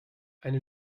eine